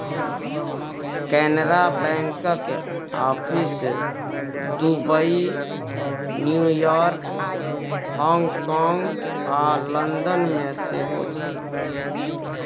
कैनरा बैंकक office Dubai, New York, हाँगकाँग आ लंदन मे सेहो छै